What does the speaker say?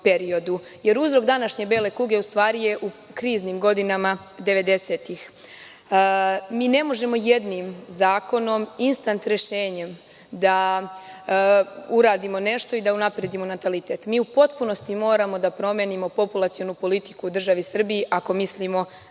Jer, uzrok današnje bele kuge u svari je u kriznim godinama 90-ih. Mi ne možemo jednim zakonom, instant rešenjem da uradimo nešto i da unapredimo natalitet. Mi u potpunosti moramo da promenimo populacionu politiku u državi Srbiji ako mislimo